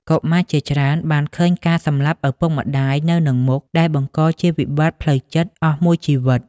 កុមារជាច្រើនបានឃើញការសម្លាប់ឪពុកម្ដាយនៅនឹងមុខ ដែលបង្កជាវិបត្តិផ្លូវចិត្តអស់មួយជីវិត។